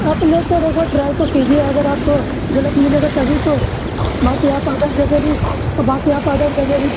آپ لے کے دیکھو ٹرائی تو کیجیے اگر آپ کو غلط ملے گا تبھی تو باقی آپ اور اور جگے بھی تو باقی آپ اور اور جگے بھی